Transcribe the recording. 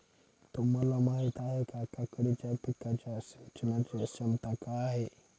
तुम्हाला माहिती आहे का, काकडीच्या पिकाच्या सिंचनाचे क्षमता काय आहे?